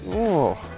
oh